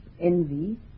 envy